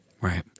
Right